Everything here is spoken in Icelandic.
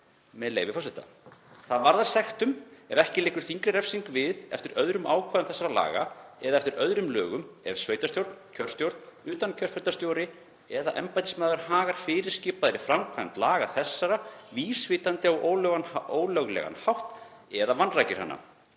með leyfi forseta: „Það varðar sektum ef ekki liggur þyngri refsing við eftir öðrum ákvæðum þessara laga eða eftir öðrum lögum, ef sveitarstjórn, kjörstjórn, utankjörfundarkjörstjóri eða embættismaður hagar fyrirskipaðri framkvæmd laga þessara vísvitandi á ólöglegan hátt eða vanrækir hana.“